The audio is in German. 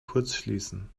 kurzschließen